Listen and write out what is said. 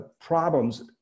problems